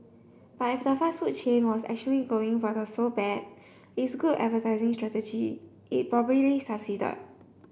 but if the fast food chain was actually going for the so bad it's good advertising strategy it probably succeeded